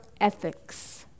ethics